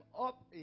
up